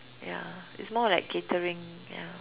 ya it's more of like catering ya